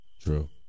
True